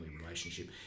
relationship